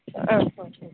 ആ ഹാ ഹാ